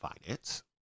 Finance